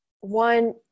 one